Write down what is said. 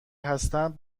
هستند